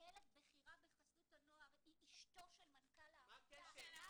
מנהלת בכירה בחסות הנוער היא אשתו של מנכ"ל העמותה --- מה הקשר?